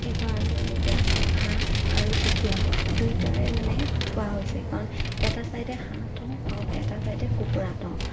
সেই গঁৰালটো আমি এতিয়া হাঁহ আৰু কুকুৰা দুইটাৰে মানে থোৱা হৈছে কাৰণ এটা ছাইডে হাঁহ থওঁ আৰু এটা ছাইডে কুকুৰা থওঁ